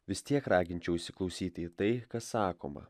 vis tiek raginčiau įsiklausyti į tai kas sakoma